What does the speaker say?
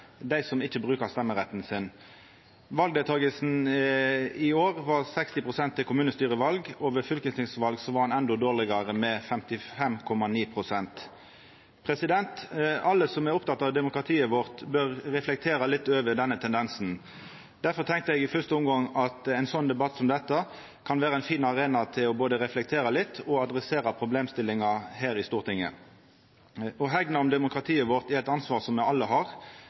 dei som ikkje bruker stemmeretten sin. Valdeltakinga i år var 60 pst. til kommunestyrevalet, og ved fylkestingsvalet var ho endå dårlegare, med 55,9 pst. Alle som er opptekne av demokratiet vårt, bør reflektera litt over denne tendensen. Derfor tenkte eg i første omgang at ein debatt som denne kan vera ein fin arena til både å reflektera litt og å ta tak i problemstillinga her i Stortinget. Å hegna om demokratiet vårt er eit ansvar som me alle har.